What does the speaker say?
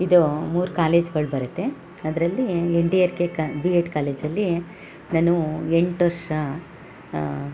ಇದು ಮೂರು ಕಾಲೇಜ್ಗಳು ಬರುತ್ತೆ ಅದರಲ್ಲಿ ಎನ್ ಡಿ ಆರ್ ಕೆ ಕಾ ಬಿ ಎಡ್ ಕಾಲೇಜಲ್ಲಿ ನಾನು ಎಂಟು ವರ್ಷ